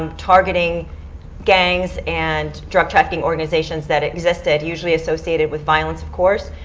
um targeting gangs and drug trafficking organizations that existed usually associated with violates, of course,